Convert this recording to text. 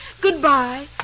Goodbye